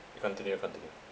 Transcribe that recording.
you continue you continue